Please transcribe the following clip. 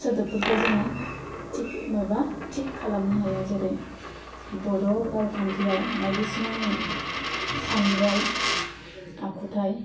सोदोबफोरखौ जोङो थिग माबा थिग खालामनो हायो जेरै बर' रावखान्थियाव बायदिसिनानि सानराय आखुथाइ